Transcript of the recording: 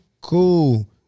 Cool